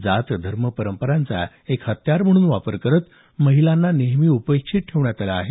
जात धर्म परंपराचा एक हत्यार म्हणून वापर करत महिलांना नेहमी उपेक्षित ठेवण्यात आलं आहे